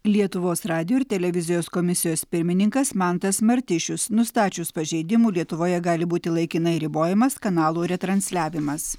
lietuvos radijo ir televizijos komisijos pirmininkas mantas martišius nustačius pažeidimų lietuvoje gali būti laikinai ribojamas kanalų retransliavimas